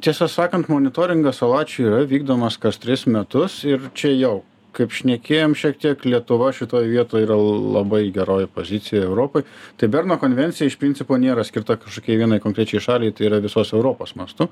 tiesą sakant monitoringas salačių yra vykdomas kas tris metus ir čia jau kaip šnekėjom šiek tiek lietuva šitoj vietoj yra labai geroj pozicijoj europoj tai berno konvencija iš principo nėra skirta kažkokiai vienai konkrečiai šaliai tai yra visos europos mastu